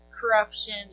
corruption